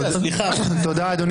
אדוני